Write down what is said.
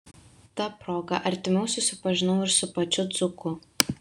ta proga artimiau susipažinau ir su pačiu dzūku